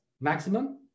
Maximum